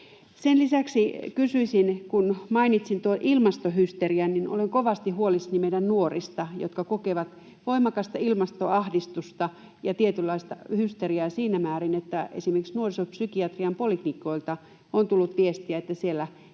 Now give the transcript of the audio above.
Sen lisäksi kysyisin, kun mainitsin ilmastohysterian: Olen kovasti huolissani meidän nuorista, jotka kokevat voimakasta ilmastoahdistusta ja tietynlaista hysteriaa siinä määrin, että esimerkiksi nuorisopsykiatrian poliklinikoilta on tullut viestiä, että siellä